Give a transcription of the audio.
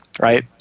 right